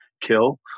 kill